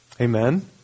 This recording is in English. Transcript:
Amen